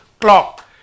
Clock